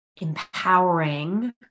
empowering